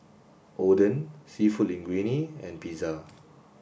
Oden Seafood Linguine and Pizza